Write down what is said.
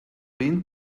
been